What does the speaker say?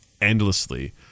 endlessly